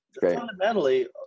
fundamentally